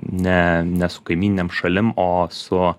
ne ne su kaimyninėm šalim o su